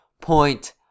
point